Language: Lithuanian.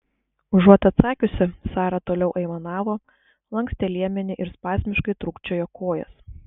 užuot atsakiusi sara toliau aimanavo lankstė liemenį ir spazmiškai trūkčiojo kojas